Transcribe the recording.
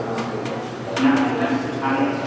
औ नांगौमोन आदैनो